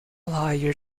higher